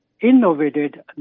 innovated